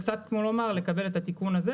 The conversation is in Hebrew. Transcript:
זה קצת כמו לומר ,לקבל את התיקון הזה,